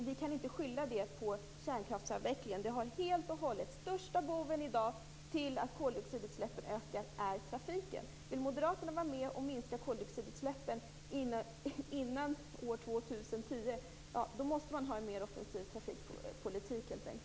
Vi kan inte skylla det på kärnkraftsavvecklingen. Största boven när det gäller ökade koldioxidutsläpp är i dag trafiken. Vill Moderaterna vara med och minska koldioxidutsläppen innan år 2010 måste man helt enkelt ha en mer offensiv trafikpolitik.